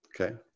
Okay